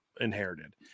inherited